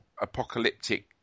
apocalyptic